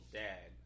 dad